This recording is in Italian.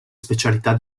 specialità